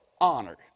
honor